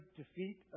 defeat